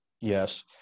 Yes